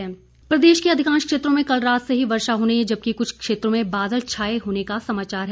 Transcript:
मौसम प्रदेश के अधिकांश क्षेत्रों में कल रात से ही वर्षा होने जबकि कुछ क्षेत्रों में बादल छाए होने का समाचार है